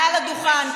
מעל הדוכן,